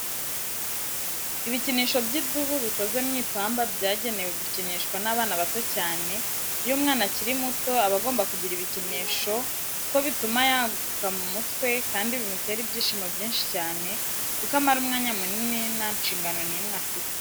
Ibikinisho by'idubu bikoze mu ipamba byagenewe gukinishwa n'abana bato cyane. Iyo umwana akiri muto aba agomba kugira ibikinisho kuko bituma yaguka mu mutwe kandi bimutera ibyishimo byinshi cyane kuko amara umwanya munini nta nshingano n'imwe afite.